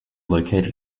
located